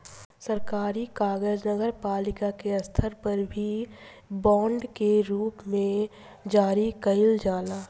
सरकारी कर्जा नगरपालिका के स्तर पर भी बांड के रूप में जारी कईल जाला